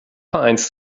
vereins